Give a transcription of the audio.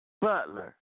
Butler